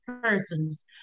persons